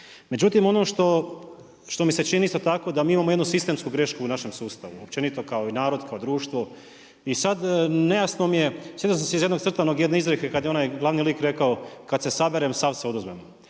Međutim, ono što mi se čini isto tako da mi imamo jednu sistemsku grešku u našem sustavu, općenito kao i narod, kao i društvo. I sad nejasno mi je, sjetio sam se iz jednog crtanog, jedne izreke, kada je onaj glavni lik rekao, kad se saberem, sav se oduzmem.